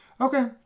Okay